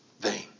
vain